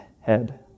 head